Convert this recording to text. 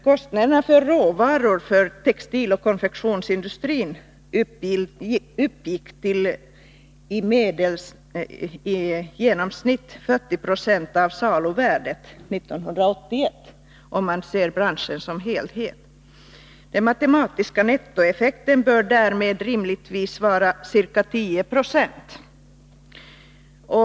Kostnaderna för råvaror för textiloch konfektionsindustrin uppgick till i genomsnitt 40 20 av saluvärdet 1981 om man ser branschen som helhet. Den matematiska nettoeffekten bör därmed rimligtvis vara ca 10 90.